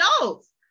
adults